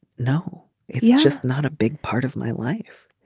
no it's just not a big part of my life.